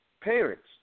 Parents